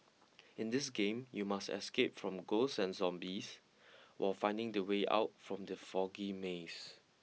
in this game you must escape from ghosts and zombies while finding the way out from the foggy maze